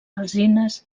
alzines